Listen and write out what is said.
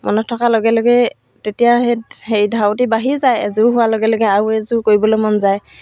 মনত থকাৰ লগে লগে তেতিয়া সেই সেই ধাউতি বাঢ়ি যায় এযোৰ হোৱাৰ লগে লগে আৰু এযোৰ কৰিবলৈ মন যায়